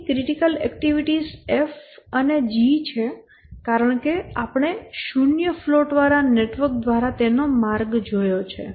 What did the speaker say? અહીંની critical activities F અને G છે કારણ કે આપણે શૂન્ય ફ્લોટવાળા નેટવર્ક દ્વારા તેનો માર્ગ જોયો છે